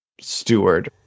steward